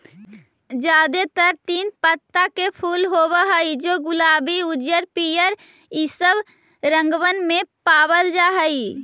जादेतर तीन पत्ता के फूल होब हई जे गुलाबी उज्जर पीअर ईसब रंगबन में पाबल जा हई